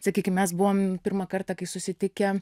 sakykim mes buvom pirmą kartą kai susitikę